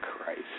Christ